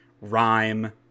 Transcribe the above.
Rhyme